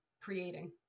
creating